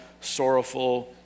sorrowful